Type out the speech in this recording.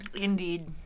indeed